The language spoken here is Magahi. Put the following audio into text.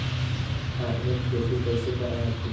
अपने खेती कैसे कर हखिन?